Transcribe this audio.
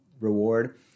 reward